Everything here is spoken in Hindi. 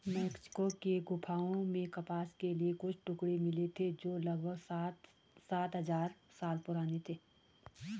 मेक्सिको की गुफाओं में कपास के कुछ टुकड़े मिले थे जो लगभग सात हजार साल पुराने थे